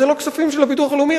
אלה לא כספים של הביטוח הלאומי,